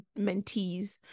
mentees